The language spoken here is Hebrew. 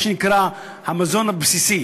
מה שנקרא המזון הבסיסי.